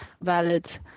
valid